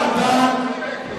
ארדן,